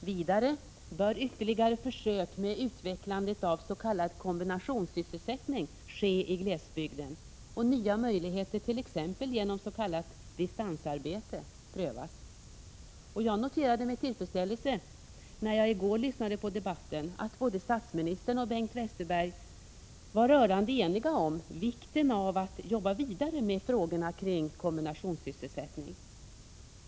Vidare bör ytterligare försök med utvecklandet av s.k. kombinationssysselsättning ske i glesbygden och nya möjligheter, t.ex. genom s.k. distansarbete, prövas. Jag noterade med tillfredsställelse att statsministern och Bengt Westerberg i gårdagens debatt var rörande eniga om vikten av att jobba vidare med frågorna kring kombinationssysselsättningen.